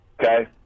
okay